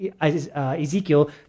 Ezekiel